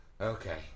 Okay